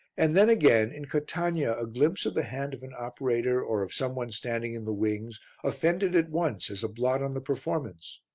and then, again, in catania a glimpse of the hand of an operator or of some one standing in the wings offended at once as a blot on the performance.